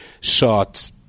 shot